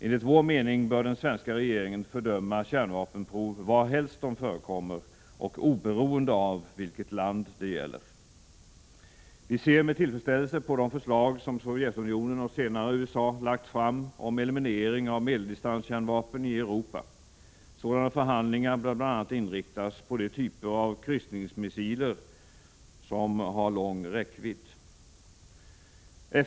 Enligt vår mening bör den svenska regeringen fördöma kärnvapenprov varhelst de förekommer och oberoende av vilket land det gäller. Vi ser med tillfredsställelse på de förslag som Sovjetunionen, och senare USA, har lagt fram om eliminering av medeldistanskärnvapen i Europa. Sådana förhandlingar bör bl.a. inriktas på de typer av kryssningsmissiler som har lång räckvidd.